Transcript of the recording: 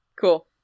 Cool